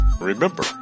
remember